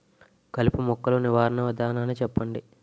కలుపు మొక్కలు నివారణ విధానాన్ని చెప్పండి?